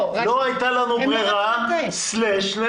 לא הייתה לנו ברירה/נאנסנו.